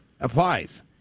applies